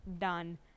done